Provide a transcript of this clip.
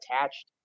attached